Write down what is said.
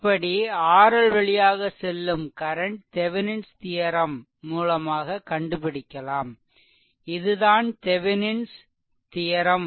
இப்படி RL வழியாக செல்லும் current Thevenin's theorem Thevenin's theorem மூலமாக கண்டுபிடிக்கலாம் இதுதான் தெவெனின்ஸ் தியெரெம்